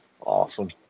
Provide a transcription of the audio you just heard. Awesome